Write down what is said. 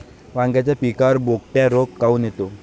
वांग्याच्या पिकावर बोकड्या रोग काऊन येतो?